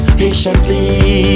patiently